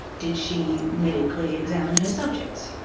did she medically examine her subjects?